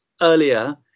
earlier